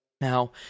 Now